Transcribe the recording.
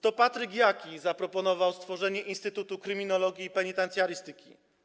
To Patryk Jaki zaproponował stworzenie Instytutu Kryminologii i Penitencjarystyki.